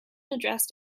addressed